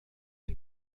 den